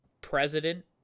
president